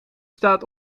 staat